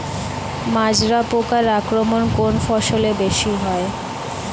মাজরা পোকার আক্রমণ কোন ফসলে বেশি হয়?